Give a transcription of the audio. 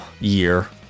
year